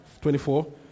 24